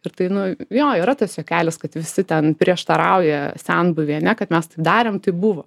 ir tai nu jo yra tas juokelis kad visi ten prieštarauja senbuviai ane kad mes tai darėm tai buvo